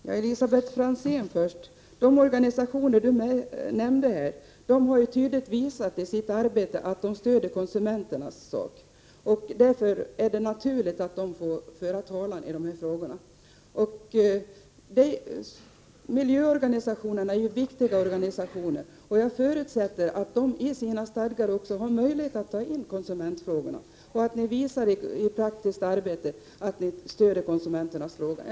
Herr talman! De organisationer som Elisabet Franzén nämnde har i sitt arbete tydligt visat att de stöder konsumenternas sak. Därför är det naturligt att de får föra talan i dessa frågor. Miljöorganisationerna är viktiga, och jag förutsätter att de i sina stadgar har möjlighet att ta in konsumentfrågorna och att de i praktiskt arbete visar att de stöder konsumentfrågor.